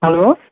hello